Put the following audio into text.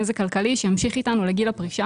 נזק כלכלי שימשיך איתנו לגיל הפרישה